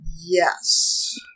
Yes